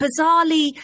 bizarrely